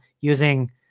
using